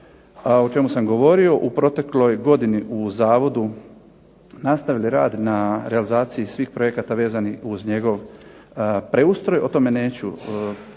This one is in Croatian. u protekloj godini u Zavodu nastavili rad na realizaciji svih projekata vezanih uz njegov preustroj. O tome neću